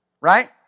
right